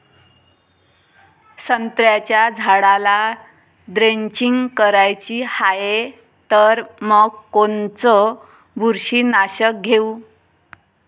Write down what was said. संत्र्याच्या झाडाला द्रेंचींग करायची हाये तर मग कोनच बुरशीनाशक घेऊ?